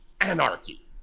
anarchy